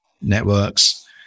networks